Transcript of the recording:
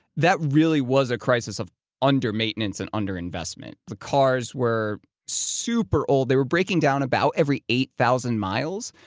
that really was a crisis of under maintenance and underinvestment. the cars were super old. they were breaking down about every eight thousand miles,